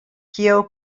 kiel